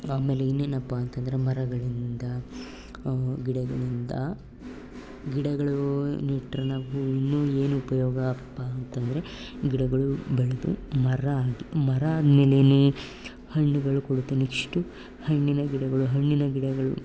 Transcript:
ಆಮೇಲೆ ಇನ್ನೇನಪ್ಪಾ ಅಂತಂದರೆ ಮರಗಳಿಂದ ಗಿಡಗಳಿಂದ ಗಿಡಗಳು ನೆಟ್ಟರೆ ನಾವು ಇನ್ನೂ ಏನು ಉಪಯೋಗಪ್ಪಾ ಅಂತಂದರೆ ಗಿಡಗಳು ಬೆಳೆದು ಮರ ಆಗಿ ಮರ ಆದ್ಮೇಲೆಯೇ ಹಣ್ಣುಗಳು ಕೊಡುತ್ತೆ ನೆಕ್ಸ್ಟು ಹಣ್ಣಿನ ಗಿಡಗಳು ಹಣ್ಣಿನ ಗಿಡಗಳು